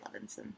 Levinson